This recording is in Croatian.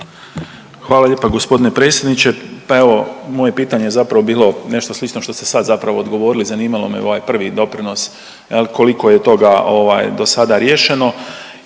Hvala lijepa g. predsjedniče, pa evo moje pitanje je zapravo bilo nešto slično što ste sad zapravo odgovorili, zanimalo me ovaj prvi doprinos, koliko je toga ovaj, do sada riješeno